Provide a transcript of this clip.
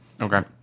okay